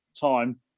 time